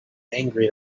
angry